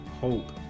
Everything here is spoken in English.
hope